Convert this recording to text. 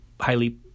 highly